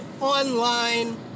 online